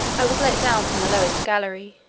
i was let down from the lowest gallery,